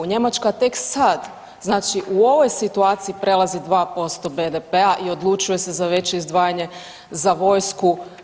Njemačka tek sad, znači u ovoj situaciji prelazi 2% BDP-a i odlučuje se za veće izdvajanje za vojsku.